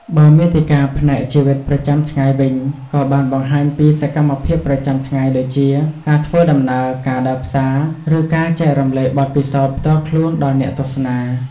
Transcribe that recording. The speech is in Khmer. បើមាតិកាផ្នែកជីវិតប្រចាំថ្ងៃវិញ ក៏បានបង្ហាញពីសកម្មភាពប្រចាំថ្ងៃដូចជា ការធ្វើដំណើរ ការដើរផ្សារ ឬការចែករំលែកបទពិសោធន៍ផ្ទាល់ខ្លួនដល់អ្នកទស្សនា។